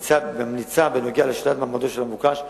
ממליצה בנוגע לשלילת מעמדו של המבוקש בישראל.